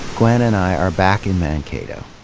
gwen and i are back in mankato,